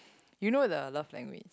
you know the love language